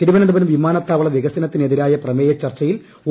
തിരുവനന്തപുരം വിമാനത്താവള വികസനത്തിനെതിരായ പ്രമേയ ചർച്ചയിൽ ഒ